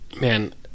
Man